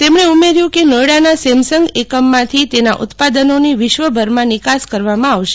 તેમણે ઉમેર્યું કે નોયડાના સેમસંગ એકમમાંથી તેના ઉત્પાદનોની વિશ્વભરમાં નિકાસ કરવામાં આવશે